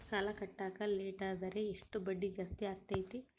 ಸಾಲ ಕಟ್ಟಾಕ ಲೇಟಾದರೆ ಎಷ್ಟು ಬಡ್ಡಿ ಜಾಸ್ತಿ ಆಗ್ತೈತಿ?